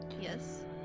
Yes